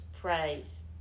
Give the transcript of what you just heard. praise